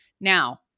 now